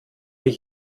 ich